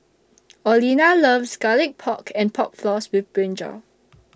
Orlena loves Garlic Pork and Pork Floss with Brinjal